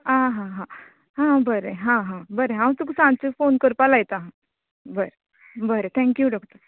आ हा आ हा हा बरे हा हा हांव तुक सांजचो फोन करपाक लायता बरें बरें थेंक्यू डॉक्टर